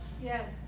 yes